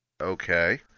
okay